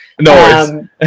No